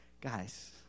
guys